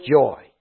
joy